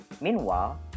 meanwhile